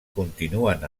continuen